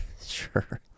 Sure